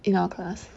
in our class